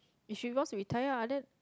if she goes retire ah then